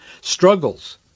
struggles